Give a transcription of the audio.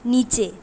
নিচে